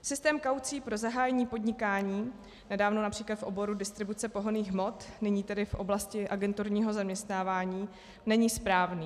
Systém kaucí pro zahájení podnikání, nedávno např. v oboru distribuce pohonných hmot, nyní tedy v oblasti agenturního zaměstnávání, není správný.